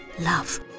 love